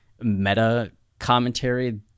meta-commentary